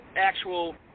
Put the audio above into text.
actual